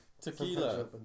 Tequila